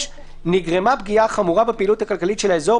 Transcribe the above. (6)נגרמה פגיעה חמורה בפעילות הכלכלית של האזור,